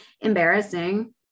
embarrassing